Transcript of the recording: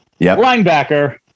linebacker